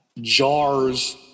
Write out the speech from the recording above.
jars